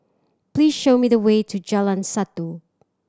please show me the way to Jalan Satu